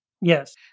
Yes